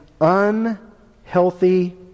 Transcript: unhealthy